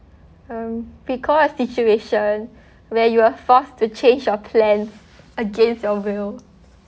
um recall a situation where you were forced to change your plans against your will